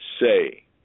say